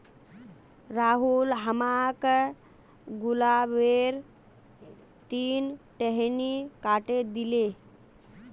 राहुल हमाक गुलाबेर तीन टहनी काटे दिले